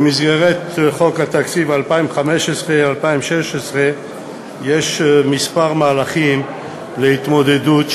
במסגרת חוק התקציב 2015 2016 יש כמה מהלכים לשיפור